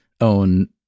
own